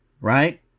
right